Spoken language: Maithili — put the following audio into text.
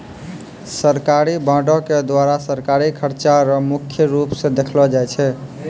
सरकारी बॉंडों के द्वारा सरकारी खर्चा रो मुख्य रूप स देखलो जाय छै